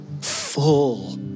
Full